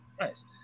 Nice